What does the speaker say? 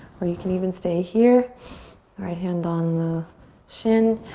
or you can even stay here, the right hand on the shin.